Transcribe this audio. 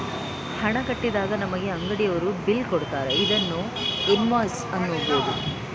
ಹಣ ಕಟ್ಟಿದಾಗ ನಮಗೆ ಅಂಗಡಿಯವರು ಬಿಲ್ ಕೊಡುತ್ತಾರೆ ಇದನ್ನು ಇನ್ವಾಯ್ಸ್ ಅನ್ನಬೋದು